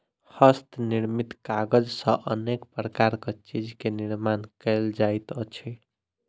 हस्त निर्मित कागज सॅ अनेक प्रकारक चीज के निर्माण कयल जाइत अछि